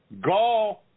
Go